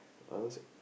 I always